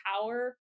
power